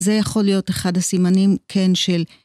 זה יכול להיות אחד הסימנים כן של